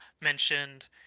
mentioned